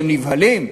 אתם נבהלים?